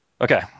Okay